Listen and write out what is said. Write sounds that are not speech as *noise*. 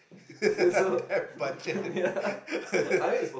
*laughs* damn budget *laughs*